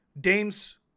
Dame's